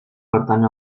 pertany